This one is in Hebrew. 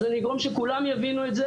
אז אני אגרום לכך שכולם יבינו את זה